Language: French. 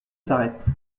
s’arrête